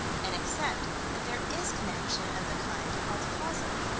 and accept that there is connection of the kind called causal.